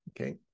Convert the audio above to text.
Okay